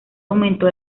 aumentó